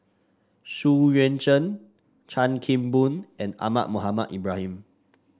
Xu Yuan Zhen Chan Kim Boon and Ahmad Mohamed Ibrahim